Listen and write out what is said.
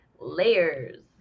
Layers